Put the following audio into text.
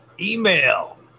Email